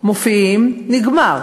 מופיעים, נגמר.